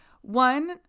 one